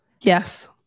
yes